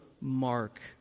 mark